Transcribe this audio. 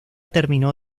terminó